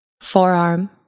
Forearm